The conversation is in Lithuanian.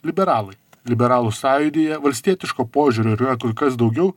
liberalai liberalų sąjūdyje valstietiško požiūrio ir yra kur kas daugiau